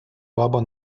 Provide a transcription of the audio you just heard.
баба